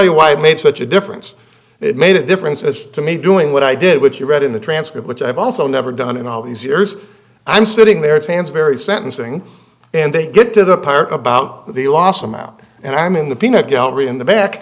you why i made such a difference it made a difference as to me doing what i did which you read in the transcript which i've also never done in all these years i'm sitting there it's hands very sentencing and they get to the part about the last i'm out and i'm in the peanut gallery in the back